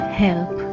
help